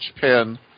pin